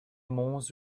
monts